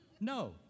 No